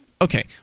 okay